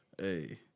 hey